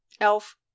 elf